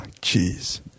jeez